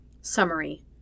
Summary